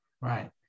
right